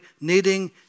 needing